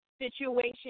situation